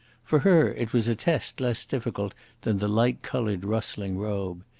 for her it was a test less difficult than the light-coloured rustling robe.